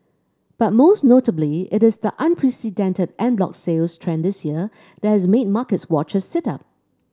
but most notably it is the unprecedented en bloc sales trend this year that has made market watchers sit up